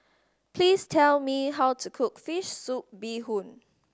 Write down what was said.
please tell me how to cook fish soup bee hoon